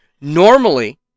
Normally